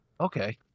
Okay